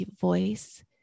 voice